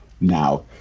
now